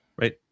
right